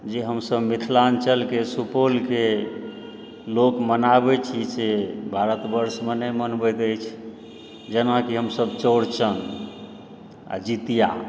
जे हमसभ मिथिलाञ्चलके सुपौलके लोक मनाबै छी से भारतवर्षमे नहि मनबैत अछि जेनाकि हमसभ चौरचन आ जीतिया